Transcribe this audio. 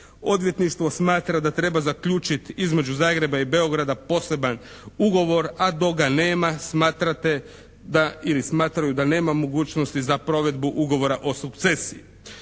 Odvjetništvo smatra da treba zaključiti između Zagreba i Beograda poseban ugovor, a dok ga nema smatrate da, ili smatraju da nema mogućnosti za provedbu Ugovora o sukcesiji.